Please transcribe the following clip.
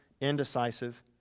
indecisive